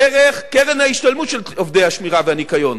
דרך קרן ההשתלמות של עובדי השמירה והניקיון,